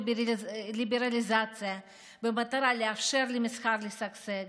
ליברליזציה במטרה לאפשר למסחר לשגשג.